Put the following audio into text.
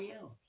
else